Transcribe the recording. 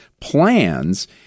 plans